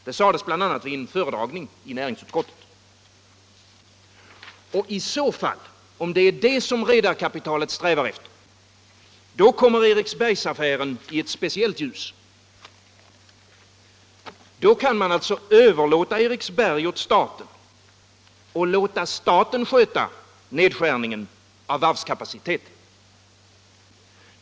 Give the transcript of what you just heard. Det sades bl.a. vid en föredragning i näringsutskottet. Och i så fall, om det är det som redarkapitalet strävar efter, kommer Eriksbergsaffären i ett speciellt ljus. Då kan man alltså överlåta Eriksberg åt staten och låta staten sköta nedskärningen av varvskapaciteten.